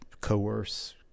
coerce